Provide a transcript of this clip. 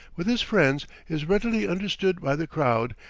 with his friends, is readily understood by the crowd,